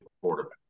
quarterback